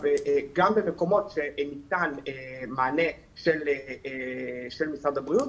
גם במקומות שבהם ניתן מענה של משרד הבריאות,